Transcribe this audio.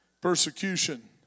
persecution